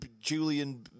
julian